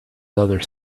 other